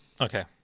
okay